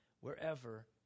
wherever